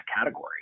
category